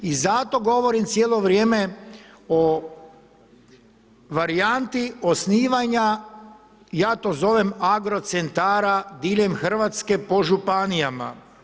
I zato govorim cijelo vrijeme o varijanti osnivanja ja to zovem agrocentara diljem Hrvatske po županijama.